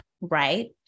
right